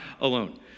alone